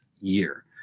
year